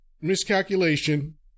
miscalculation